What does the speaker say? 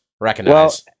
Recognize